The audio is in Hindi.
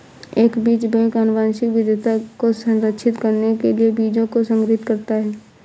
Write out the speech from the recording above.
एक बीज बैंक आनुवंशिक विविधता को संरक्षित करने के लिए बीजों को संग्रहीत करता है